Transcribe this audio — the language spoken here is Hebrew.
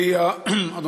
6203 ו-6215.